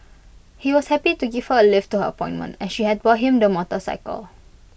he was happy to give her A lift to her appointment as she had bought him the motorcycle